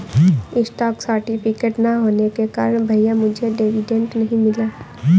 stock certificate ना होने के कारण भैया मुझे डिविडेंड नहीं मिला